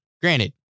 Granted